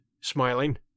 smiling